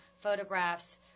photographs